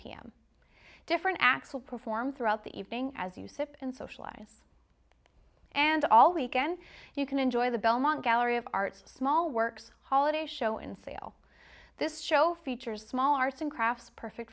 pm different acts will perform throughout the evening as you sip and socialize and all weekend you can enjoy the belmont gallery of art small works holiday show in sale this show features small arsing crafts perfect